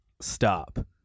stop